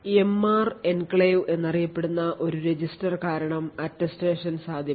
MRENCLAVE എന്നറിയപ്പെടുന്ന ഒരു register കാരണം അറ്റസ്റ്റേഷൻ സാധ്യമാണ്